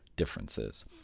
Differences